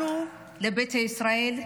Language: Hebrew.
לנו, לביתא ישראל,